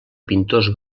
pintors